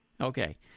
Okay